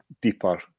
deeper